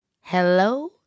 Hello